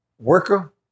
worker